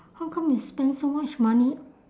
how come you spend so much money